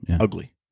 Ugly